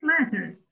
matters